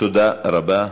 תודה רבה לך.